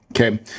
Okay